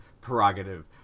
prerogative